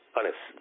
Honest